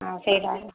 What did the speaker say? ଆଉ ସେଇଟା